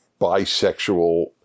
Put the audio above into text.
bisexual